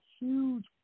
huge